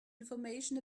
information